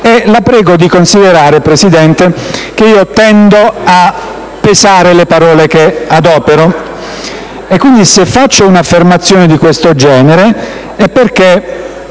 E la prego di considerare, signor Presidente, che io tendo a pensare le parole che adopero, quindi se faccio un'affermazione di questo genere è perché